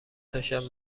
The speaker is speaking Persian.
تاشب